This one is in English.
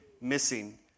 missing